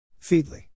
Feedly